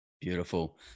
Beautiful